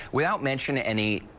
without mentioning any